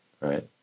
right